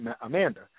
Amanda